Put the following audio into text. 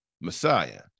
Messiah